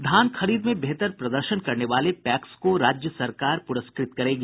धान खरीद में बेहतर प्रदर्शन करने वाले पैक्स को राज्य सरकार पुरस्कृत करेगी